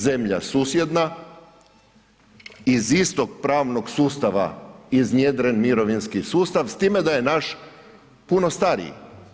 Zemlja susjedna iz istog pravnog sustava iznjedren mirovinski sustav s time da je naš puno stariji.